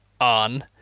on